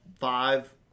five